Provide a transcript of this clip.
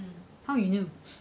how you knew